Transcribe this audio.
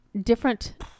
different